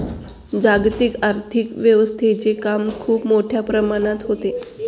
जागतिक आर्थिक व्यवस्थेचे काम खूप मोठ्या प्रमाणात होते